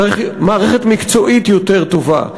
צריך מערכת מקצועית יותר טובה.